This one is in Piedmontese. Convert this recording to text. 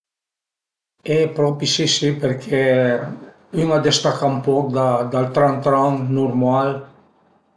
E propi si si perché ün a dëstaca ën poch dal tran tran nurmal